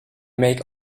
make